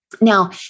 Now